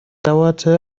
dauerte